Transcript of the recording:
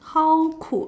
how could